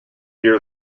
year